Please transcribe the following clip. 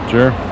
Sure